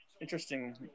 interesting